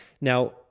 Now